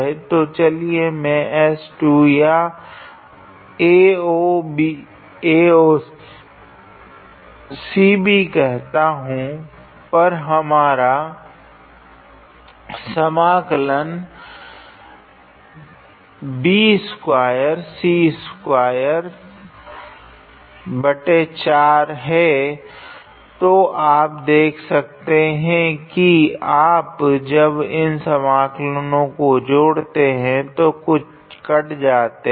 तो चलिए इसे मैं S2 या AOCB कहता हूँ पर हमारा ∬𝐹⃗𝑛̂𝑑𝑆𝑆2∫∫𝑦𝑧𝑑𝑦𝑑𝑧𝑏𝑦0𝑐𝑧0𝑏2𝑐24 तो आप देख सकते है की आप जब इन समकलनों को जोड़ते है तो कुछ कट जाते है